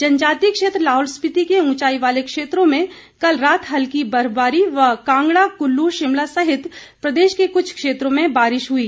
जनजातीय क्षेत्र लाहौल स्पिर्ति के उंचाई वाले क्षेत्रों में कल रात हल्की बर्फबारी व कांगड़ा क्ल्ल शिमला सहित प्रदेश के कुछ क्षेत्रों में बारिश हई